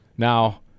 Now